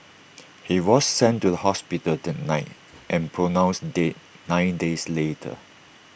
he was sent to the hospital that night and pronounced dead nine days later